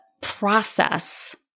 process